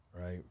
right